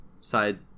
side